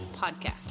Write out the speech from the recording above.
podcast